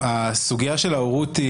לגבי הסוגיה של ההורות,